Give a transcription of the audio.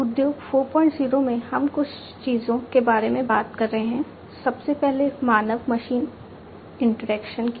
उद्योग 40 में हम कुछ चीजों के बारे में बात कर रहे हैं सबसे पहले मानव मशीन इंटरैक्शन की